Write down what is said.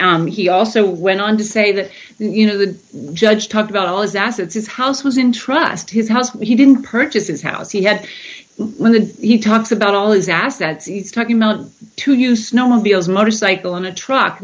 money he also went on to say that you know the judge talked about all his assets his house was in trust his house he didn't purchase his house he had when he talks about all his assets he's talking to you snowmobiles motorcycle in a truck